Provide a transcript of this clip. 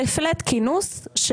זה פלט כינוס.